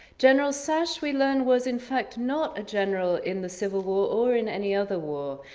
general sash we learn was in fact not a general in the civil war or in any other war.